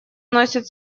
вносит